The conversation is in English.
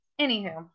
Anywho